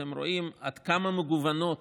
אתם רואים עד כמה מגוונות